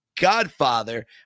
Godfather